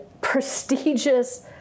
prestigious